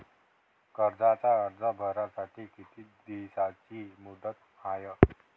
कर्जाचा अर्ज भरासाठी किती दिसाची मुदत हाय?